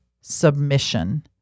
submission